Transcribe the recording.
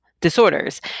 disorders